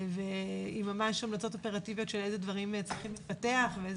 עם ממש המלצות אופרטיביות לגבי איזה דברים צריכים להתפתח ואיזה